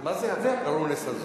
אז מה זה הגרגרוניס הזה?